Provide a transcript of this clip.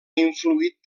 influït